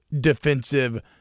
defensive